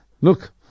Look